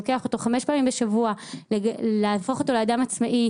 הוא לוקח אותו חמש פעמים בשבוע להפוך אותו לאדם עצמאי.